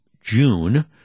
June